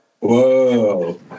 Whoa